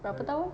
berapa tahun